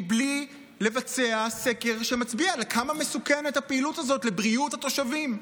מבלי לבצע סקר שמצביע על כמה מסוכנת הפעילות הזאת לבריאות התושבים.